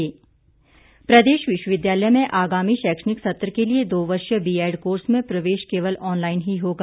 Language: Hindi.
प्रवेश प्रदेश विश्वविद्यालय में आगामी शैक्षणिक सत्र के लिए दो वर्षीय बीएड कोर्स में प्रवेश केवल ऑनलाईन ही होगा